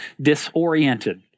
disoriented